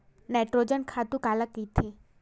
Nitrogen खातु काला कहिथे?